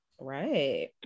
right